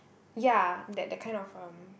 ya that that kind of um